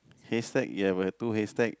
hashtag you got the two hashtag